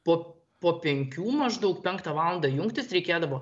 po po penkių maždaug penktą valandą jungtis reikėdavo